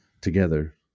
together